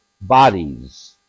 bodies